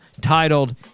titled